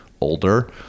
older